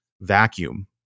vacuum